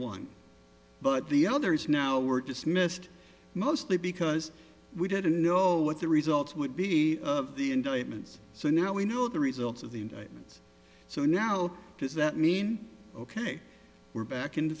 one but the others now were dismissed mostly because we didn't know what the results would be of the indictments so now we know the results of the indictment so now does that mean ok we're back in